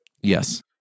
Yes